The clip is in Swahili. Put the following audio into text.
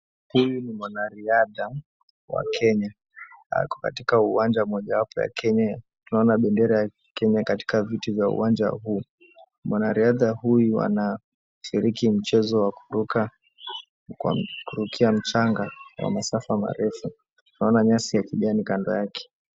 Huyu ni mwanariadha wa Kenya. Ako katika uwanja mojawapo ya Kenya. Tunaona bendera ya Kenya katika viti vya uwanja huu. Mwanariadha huyu anashiriki mchezo wa kurukia mchanga wa masafa marefu. Naona nyasi ya kijani kando yake.